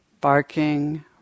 barking